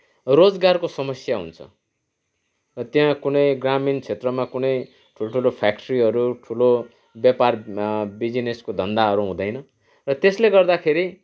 रोजगारको समस्या हुन्छ त्यहाँ कुनै ग्रामीण क्षेत्रमा कुनै ठुल्ठुलो फ्याक्ट्रीहरू ठुलो व्यापार बिजिनेसको धन्धाहरू हुँदैन र त्यसले गर्दाखेरि